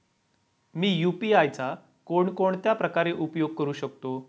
मी UPI चा कोणकोणत्या प्रकारे उपयोग करू शकतो?